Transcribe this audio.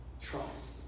Trust